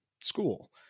school